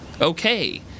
okay